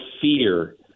fear